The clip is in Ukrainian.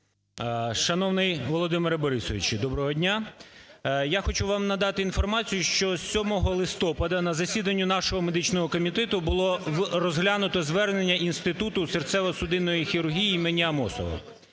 Шановний Володимир Борисович, доброго дня! Я хочу вам надати інформацію, що 7 листопада на засіданні нашого медичного комітету було розглянуто звернення Інституту серцево-судинної хірургії імені Амосова.